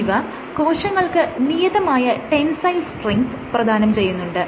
ഇവ കോശങ്ങൾക്ക് നിയതമായ ടെൻസൈൽ സ്ട്രെങ്ങ്ത് പ്രധാനം ചെയ്യുന്നുണ്ട്